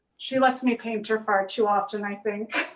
she lets me paint her far too often, i think.